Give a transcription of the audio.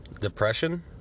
depression